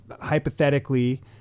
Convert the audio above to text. hypothetically